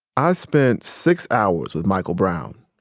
i spent six hours with michael brown.